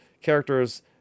characters